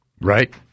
Right